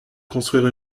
construire